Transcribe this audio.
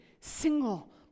single